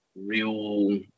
real